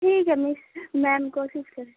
ٹھیک ہے miss ma'am کوشش کریں